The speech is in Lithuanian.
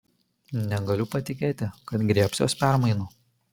negaliu patikėti kad griebsiuosi permainų